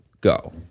go